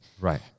Right